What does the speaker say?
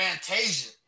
Fantasia